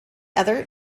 other